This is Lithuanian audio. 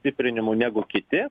stiprinimu negu kiti